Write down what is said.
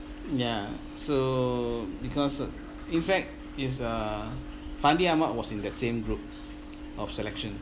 ya so because in fact is uh fandi ahmad was in that same group of selection